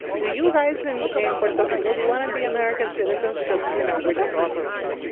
do you guys in in puerto rico do you want to be american citizens because, you know, we're just offering it?